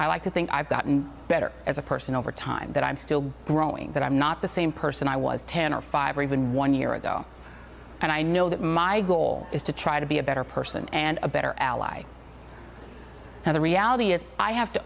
i like to think i've gotten better as a person over time but i'm still growing that i'm not the same person i was ten or five or even one year ago and i know that my goal is to try to be a better person and a better ally and the reality is i have to